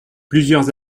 plusieurs